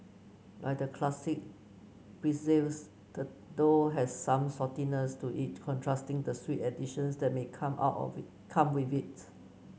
like the classic pretzels the dough has some saltiness to it contrasting the sweet additions that may come out of it come with it